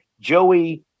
Joey